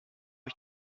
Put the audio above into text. ich